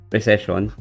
Recession